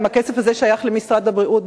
האם הכסף הזה שייך למשרד הבריאות,